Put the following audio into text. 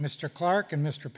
mr clark and mr